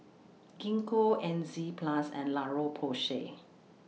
Gingko Enzyplex and La Roche Porsay